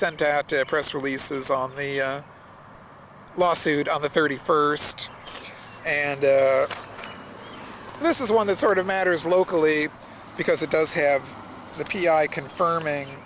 sent out to the press releases on the lawsuit on the thirty first and this is one that sort of matters locally because it does have the p i confirming